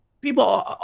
people